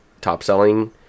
top-selling